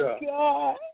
God